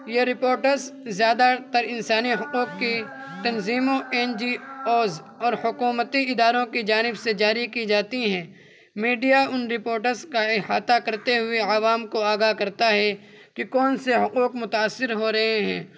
یہ رپورٹرس زیادہ تر انسانی حقوق کی تنظیموں این جی اوز اور حکومتی اداروں کی جانب سے جاری کی جاتی ہیں میڈیا ان رپورٹرس کا احاطہ کرتے ہوئے عوام کو آگاہ کرتا ہے کہ کون سے حقوق متأثر ہو رہے ہیں